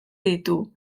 ditu